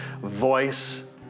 voice